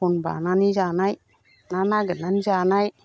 बन बानानै जानाय ना नागिरनानै जानाय